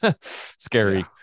scary